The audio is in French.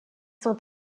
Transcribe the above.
sont